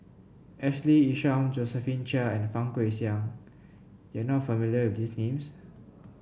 Ashley Isham Josephine Chia and Fang Guixiang you are not familiar with these names